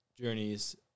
journeys